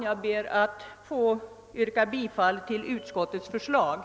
Jag ber att få yrka bifall till utskottets hemställan.